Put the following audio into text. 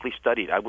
studied